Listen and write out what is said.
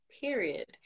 Period